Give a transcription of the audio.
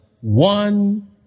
one